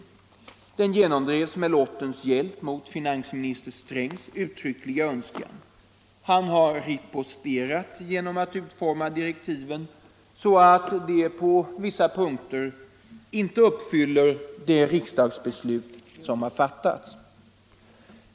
Beslutet genomdrevs med lottens hjälp mot finansminister Strängs uttryckliga önskan. Han har riposterat genom att utforma direktiven så, att de på vissa punkter inte uppfyller det riksdagsbeslut som har fattats.